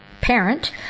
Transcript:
parent